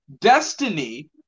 destiny